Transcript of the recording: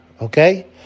okay